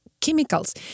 chemicals